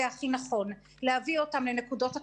הכי נכון להביא אותם לנקודות הקצה,